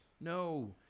No